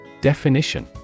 Definition